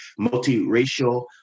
multiracial